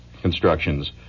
constructions